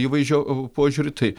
įvaizdžio požiūriu tai